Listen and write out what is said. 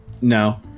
No